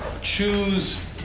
choose